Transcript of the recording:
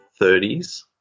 30s